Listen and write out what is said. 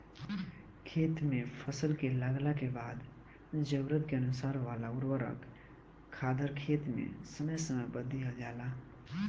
खेत में फसल के लागला के बाद जरूरत के अनुसार वाला उर्वरक खादर खेत में समय समय पर दिहल जाला